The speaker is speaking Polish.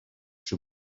czy